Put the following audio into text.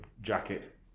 jacket